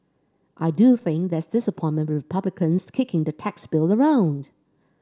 I do think there's disappointment with Republicans kicking the tax bill around